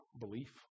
belief